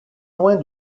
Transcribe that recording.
loin